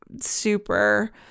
super